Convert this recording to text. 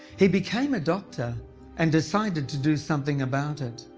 he became a doctor and decided to do something about it.